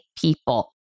people